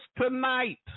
tonight